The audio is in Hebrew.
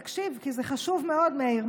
תקשיב, כי זה חשוב מאוד, מאיר.